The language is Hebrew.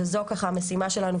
וזו ככה המשימה שלנו,